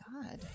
God